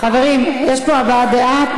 חברים, יש פה הבעת דעה.